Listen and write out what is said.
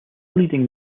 leading